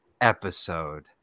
episode